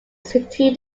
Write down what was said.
city